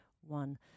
one